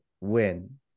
win